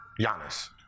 Giannis